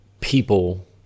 people